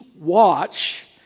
watch